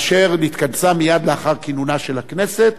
אשר מתכנסת מייד לאחר כינונה של הכנסת,